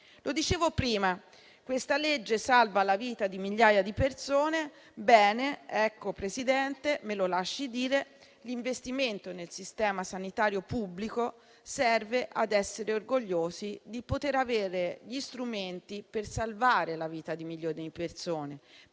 Come dicevo prima, questa legge salva la vita di migliaia di persone. Ebbene, signor Presidente, mi lasci dire che l'investimento nel sistema sanitario pubblico serve ad essere orgogliosi di avere gli strumenti per salvare la vita di milioni di persone,